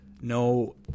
no